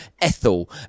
Ethel